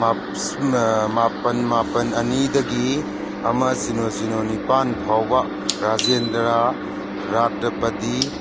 ꯃꯥꯄꯟ ꯃꯥꯄꯟ ꯑꯅꯗꯒꯤ ꯑꯃ ꯁꯤꯅꯣ ꯁꯤꯅꯣ ꯅꯤꯄꯥꯟ ꯐꯥꯎꯕ ꯔꯥꯖꯦꯟꯗꯔꯥ ꯔꯥꯠꯇꯄꯗꯤ